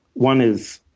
one is